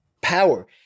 power